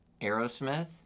aerosmith